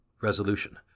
Resolution